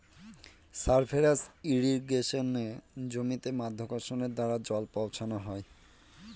surface ইর্রিগেশনে জমিতে মাধ্যাকর্ষণের দ্বারা জল পৌঁছানো হয়